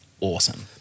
awesome